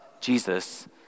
Jesus